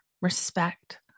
respect